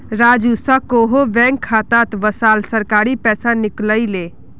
राजू स कोहो बैंक खातात वसाल सरकारी पैसा निकलई ले